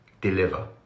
deliver